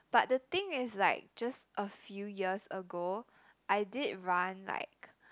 but the thing is like just a few years ago I did run like